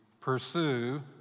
pursue